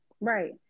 right